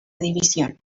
división